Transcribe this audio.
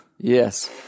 Yes